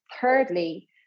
thirdly